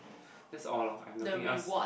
that's all lor and nothing else